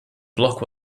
block